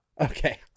Okay